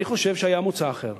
אני חושב שהיה מוצא אחר,